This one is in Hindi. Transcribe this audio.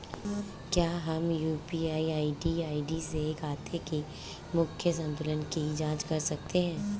क्या हम यू.पी.आई आई.डी से खाते के मूख्य संतुलन की जाँच कर सकते हैं?